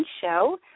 show